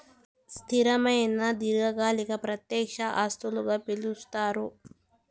స్థిరమైన దీర్ఘకాలిక ప్రత్యక్ష ఆస్తులుగా పిలుస్తారు